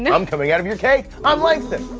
and i'm coming out of your cake. i'm langston.